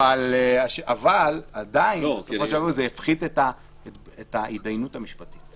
אבל עדיין בסופו של דבר זה יפחית את ההתדיינות המשפטית.